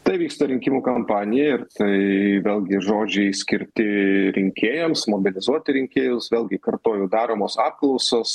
tai vyksta rinkimų kampanija ir tai vėlgi žodžiai skirti rinkėjams mobilizuoti rinkėjus vėlgi kartoju daromos apklausos